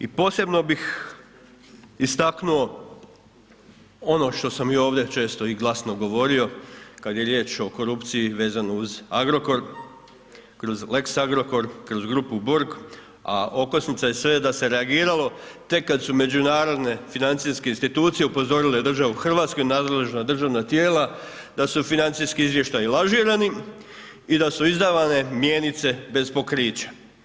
I posebno bih istaknuo ono što sam i ovdje često i glasno govorio kada je riječ o korupciji vezano uz Agrokor, kroz lex Agrokor, kroz grupu Borg a okosnica je sve da se reagiralo tek kad su međunarodne financijske institucije upozorile državu Hrvatsku i nadležna državna tijela da su financijski izvještaji lažirani i da su izdavane mjenice bez pokrića.